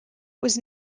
was